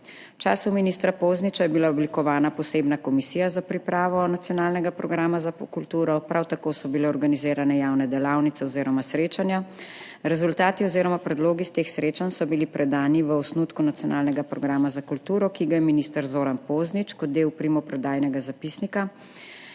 času ministra Pozniča je bila oblikovana posebna komisija za pripravo nacionalnega programa za kulturo, prav tako so bile organizirane javne delavnice oziroma srečanja. Rezultati oziroma predlogi iz teh srečanj so bili predani v osnutku nacionalnega programa za kulturo, ki ga je minister Zoran Poznič kot del primopredajnega zapisnika